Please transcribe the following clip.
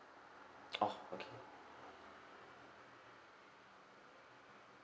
orh okay